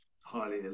highly